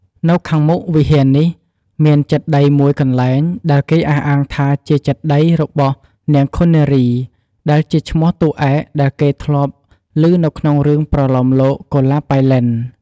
នៅខាងមុខវិហារនោះ មានចេតិយមួយកនែ្លង ដែលគេអះអាងថាជាចេតិយរបស់នាងឃុននារី ដែលជាឈ្មោះតួឯកដែលគេធ្លាប់ ឭនៅក្នុងរឿងប្រលោមលោកកុលាបប៉ៃលិន។